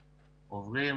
עוברים,